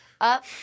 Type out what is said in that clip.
up